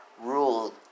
ruled